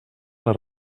les